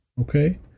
okay